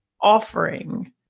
offering